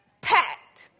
packed